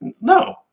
No